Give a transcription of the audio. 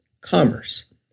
commerce